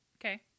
Okay